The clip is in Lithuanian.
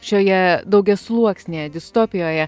šioje daugiasluoksnėje distopijoje